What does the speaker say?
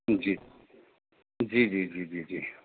جی جی جی جی جی